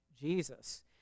Jesus